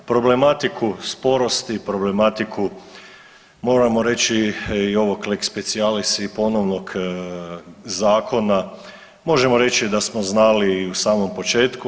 Problematiku sporosti, problematiku moramo reći i ovog lex specialis i ponovnog zakona možemo reći da smo znali i u samom početku.